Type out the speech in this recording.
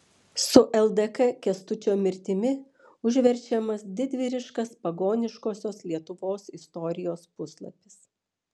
su ldk kęstučio mirtimi užverčiamas didvyriškas pagoniškosios lietuvos istorijos puslapis